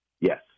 yes